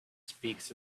speaks